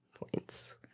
points